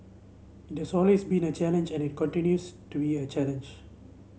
it always been a challenge and it continues to be a challenge